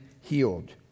healed